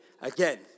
again